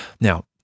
Now